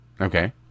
Okay